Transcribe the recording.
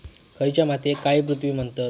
खयच्या मातीयेक काळी पृथ्वी म्हणतत?